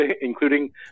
including